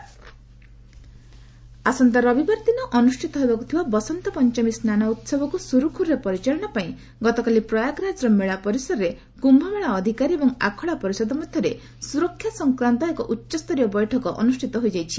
କୁମ୍ଭ ଆସନ୍ତା ରବିବାର ଦିନ ଅନୁଷ୍ଠିତ ହେବାକୁ ଥିବା ବସନ୍ତ ପଞ୍ଚମୀ ସ୍ନାନ ଉହବକୁ ସୁରୁଖୁରୁରେ ପରିଚାଳନା ପାଇଁ ଗତକାଲି ପ୍ରୟାଗରାଜ୍ର ମେଳା ପରିସରରେ କ୍ୱେମେଳା ଅଧିକାରୀ ଏବଂ ଆଖଡ଼ା ପରିଷଦ ମଧ୍ୟରେ ସ୍ତରକ୍ଷା ସଂକ୍ୱାନ୍ତ ଏକ ଉଚ୍ଚସ୍ତରୀୟ ବୈଠକ ଅନୁଷ୍ଠିତ ହୋଇଯାଇଛି